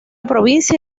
provincia